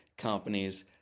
companies